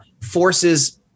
forces